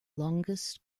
longest